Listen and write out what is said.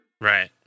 Right